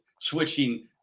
switching